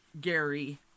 Gary